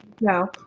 No